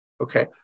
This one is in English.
okay